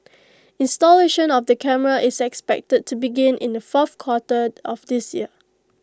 installation of the cameras is expected to begin in the fourth quarter of this year